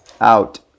Out